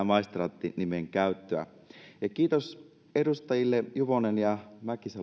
maistraatti nimen käyttöä kiitos edustajille juvonen ja